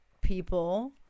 people